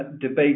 debate